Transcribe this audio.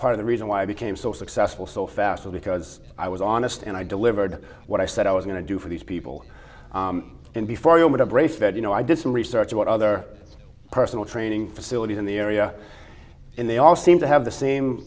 part of the reason why i became so successful so fast because i was honest and i delivered what i said i was going to do for these people and before you all made a brief that you know i did some research about other personal training facility in the area and they all seem to have the same